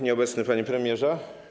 Nieobecny Panie Premierze!